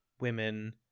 women